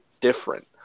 different